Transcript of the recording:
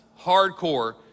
hardcore